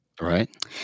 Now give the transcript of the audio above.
right